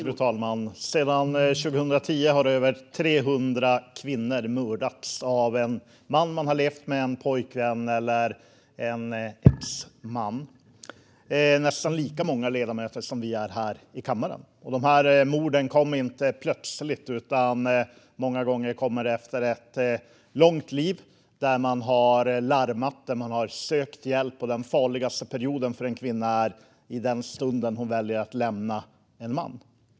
Fru talman! Sedan 2010 har över 300 kvinnor mördats av en man de har levt med - en pojkvän eller en exman. Det är nästan lika många som vi är ledamöter här i kammaren. De här morden kom inte plötsligt, utan många gånger sker sådana här mord efter en lång period då man har larmat och sökt hjälp. Den farligaste perioden för en kvinna börjar i den stund då hon väljer att lämna en man.